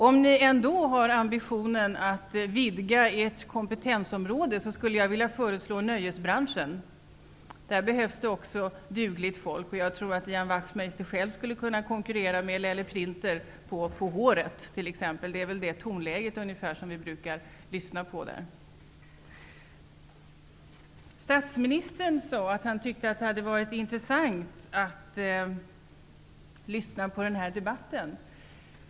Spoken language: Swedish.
Om ni ändå har ambitionen att vidga ert kompetensområde, skulle jag vilja föreslå nöjesbranschen. Också där behövs dugligt folk. Jag tror att Ian Wachtmeister själv skulle kunna konkurrera med Lelle Printer i På håret. Han har väl ungefär samma tonläge. Statsministern sade att han tyckte att det hade varit intressant att lyssna på denna debatt.